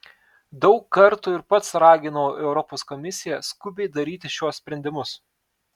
daug kartų ir pats raginau europos komisiją skubiai daryti šiuos sprendimus